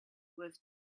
with